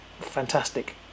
fantastic